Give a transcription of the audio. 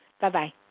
Bye-bye